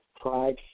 Pride